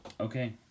Okay